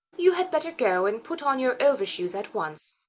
you had better go and put on your overshoes at once.